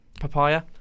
papaya